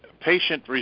patient